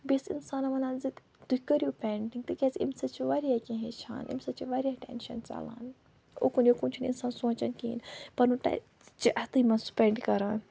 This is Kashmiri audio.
بہٕ چھَس انسانَن ونان زِ تُہۍ کٔرِو پینٹِنگ تِکیٛازِ اَمہِ سۭتۍ چھِ واریاہ کینٛہہ ہیٚچھان اَمہِ سۭتۍ چھِ واریاہ ٹینشن ژلان یُکُن یُکُن چھُنہٕ انسان سونچان کِہیٖنۍ پنُن ٹاے چھُ یِتھٕے منٛز سِپینٛڈ کران